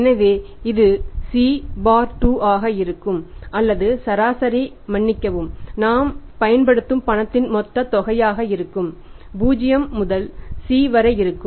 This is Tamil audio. எனவே இது C 2 ஆக இருக்கும் அல்லது சராசரி மன்னிக்கவும் இது நாம் பயன்படுத்தும் பணத்தின் மொத்த தொகையாக இருக்கும் 0 முதல் C வரை இருக்கும்